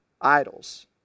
idols